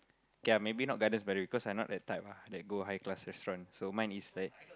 k ah maybe not Gardens-By-The-Bay cause I not that type ah that go high class restaurant so mine is like